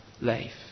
life